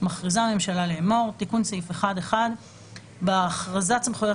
מכריזה הממשלה לאמור: תיקון סעיף 1. 1. בהכרזת סמכויות